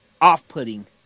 off-putting